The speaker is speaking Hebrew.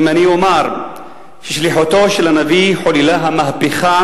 אם אומר ששליחותו של הנביא חוללה את המהפכה